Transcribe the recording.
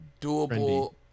doable